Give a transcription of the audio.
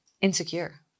insecure